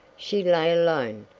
she lay alone,